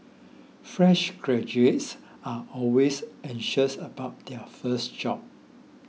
fresh graduates are always anxious about their first job